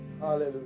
Hallelujah